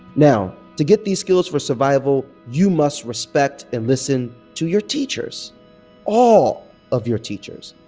now, to get these skills for survival, you must respect and listen to your teachers all of your teachers,